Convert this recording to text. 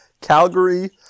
Calgary